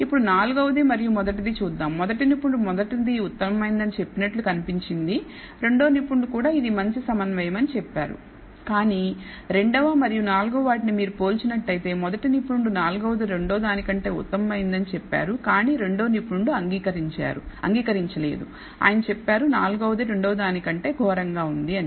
ఇప్పుడు నాలుగవది మరియు మొదటిది చూద్దాం మొదటి నిపుణుడు మొదటిది ఉత్తమమైనదని చెప్పినట్లు కనిపించిందిరెండో నిపుణుడు కూడా కూడా ఇది మంచి సమన్వయమని చెప్పారు కానీ రెండవ మరియు నాల్గవ వాటిని మీరు పోల్చినట్లయితే మొదటి నిపుణుడు నాల్గవది రెండో దానికంటే ఉత్తమమైనదని చెప్పారు కానీ రెండో నిపుణుడు అంగీకరించలేదు ఆయన చెప్పారు నాలుగవది రెండవదాని కంటే ఘోరంగా ఉంది అని